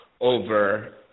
over